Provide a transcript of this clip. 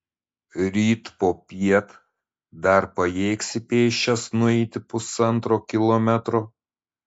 ryt popiet dar pajėgsi pėsčias nueiti pusantro kilometro